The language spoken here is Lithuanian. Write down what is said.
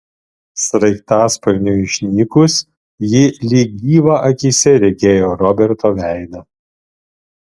sraigtasparniui išnykus ji lyg gyvą akyse regėjo roberto veidą